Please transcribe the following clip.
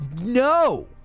no